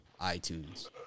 iTunes